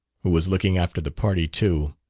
who was looking after the party too